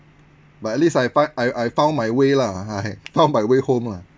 but at least I find I I found my way lah